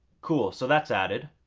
cool so that's added.